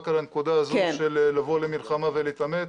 רק על הנקודה הזו של לבוא למלחמה ולהתעמת.